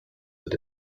that